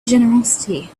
generosity